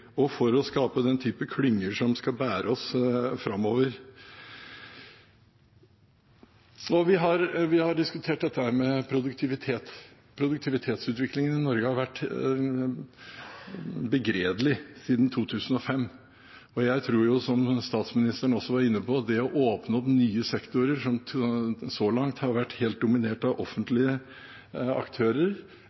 å skape den type klynger som skal bære oss framover. Vi har diskutert dette med produktivitet. Produktivitetsutviklingen i Norge har vært begredelig siden 2005, og jeg tror, som også statsministeren var inne på, at det å åpne opp nye sektorer som så langt har vært helt dominert av offentlige aktører,